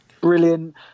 brilliant